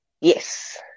yes